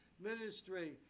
ministry